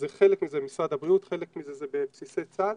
חלק מזה זה משרד הבריאות, חלק מזה זה בבסיסי צה"ל